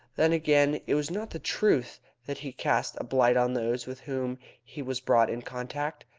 then again, it was not the truth that he cast a blight on those with whom he was brought in contact.